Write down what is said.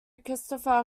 christopher